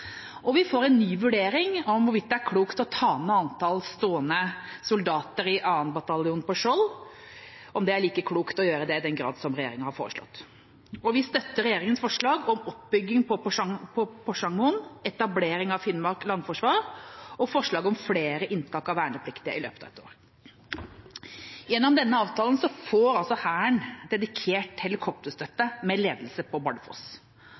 Vi får også en ny vurdering av hvorvidt det er klokt å ta ned antall stående soldater i 2. bataljon på Skjold – om det er klokt å gjøre det i den grad som regjeringa har foreslått. Vi støtter regjeringas forslag om oppbygging på Porsangmoen, etablering av Finnmark landforsvar og forslaget om flere inntak av vernepliktige i løpet av et år. Gjennom denne avtalen får altså Hæren dedikert helikopterstøtte, med ledelse på Bardufoss.